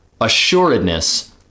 assuredness